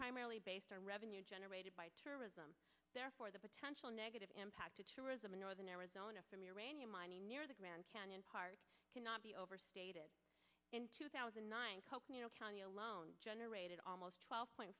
primarily based on revenue generated by tourism therefore the potential negative impact a tourism in northern arizona from uranium mining near the grand canyon cannot be overstated in two thousand and nine coconino county alone generated almost twelve point